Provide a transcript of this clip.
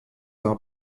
are